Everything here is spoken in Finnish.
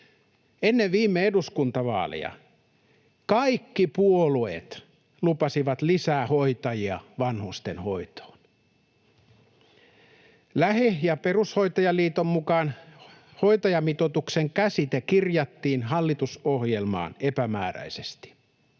Ennen viime eduskuntavaaleja kaikki puolueet lupasivat lisää hoitajia vanhustenhoitoon. Lähi- ja perushoitajaliiton mukaan hoitajamitoituksen käsite kirjattiin hallitusohjelmaan epämääräisesti.